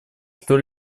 что